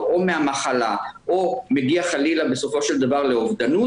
או מהמחלה או מגיע חלילה בסופו של דבר לאובדנות,